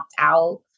out